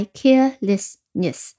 carelessness